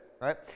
right